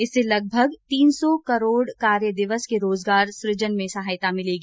इससे लगभग तीन सौ करोड़ कार्य दिवस के रोजगार सुजन में सहायता मिलेगी